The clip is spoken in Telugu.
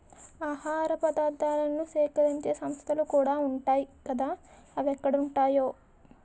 ఆహార పదార్థాలను సేకరించే సంస్థలుకూడా ఉంటాయ్ కదా అవెక్కడుంటాయో